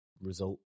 result